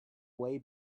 way